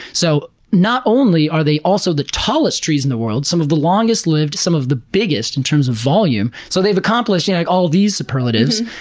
so, not only are they also the tallest trees in the world, some of the longest-lived, some of the biggest in terms of volume, so they have accomplished yeah like all of these superlatives.